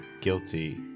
guilty